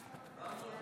עלייה.